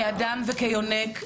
כאדם וכיונק,